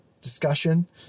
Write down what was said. discussion